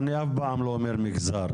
אני אף פעם לא אומר מגזר,